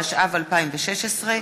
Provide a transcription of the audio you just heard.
התשע"ו 2016,